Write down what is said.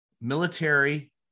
military